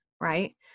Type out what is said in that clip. right